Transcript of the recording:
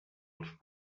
els